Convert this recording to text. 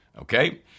Okay